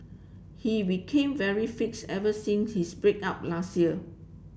he became very fits ever since his break up last year